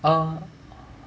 um